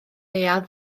neuadd